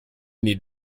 need